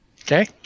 Okay